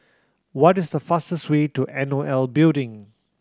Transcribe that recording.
what is the fastest way to N O L Building